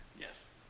Yes